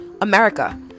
America